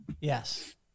Yes